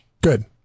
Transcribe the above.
Good